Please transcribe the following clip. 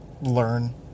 learn